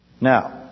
Now